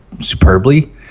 superbly